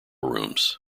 rooms